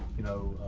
you know,